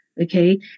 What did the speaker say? Okay